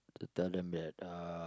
to tell them that uh